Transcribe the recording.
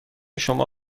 شما